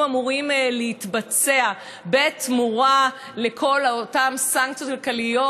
אמורה להתבצע בתמורה לכל אותן סנקציות כלכליות,